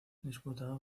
disputado